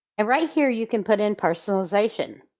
and right here you can put in personalization.